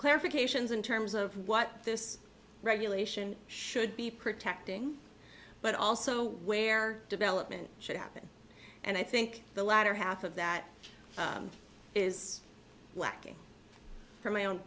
clarifications in terms of what this regulation should be protecting but also where development should happen and i think the latter half of that is lacking from my own